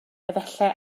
efallai